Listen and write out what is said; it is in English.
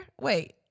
Wait